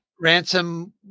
Ransom